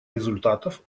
результатов